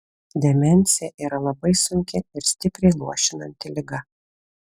demencija yra labai sunki ir stipriai luošinanti liga